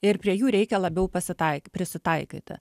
ir prie jų reikia labiau pasitaiky prisitaikyti